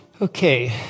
Okay